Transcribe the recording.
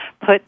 put